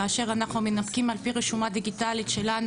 כאשר אנחנו מנפקים על פי רשומה דיגיטלית שלנו